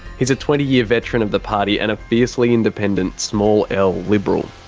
he's a twenty year veteran of the party, and a fiercely independent small l liberal.